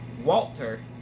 Walter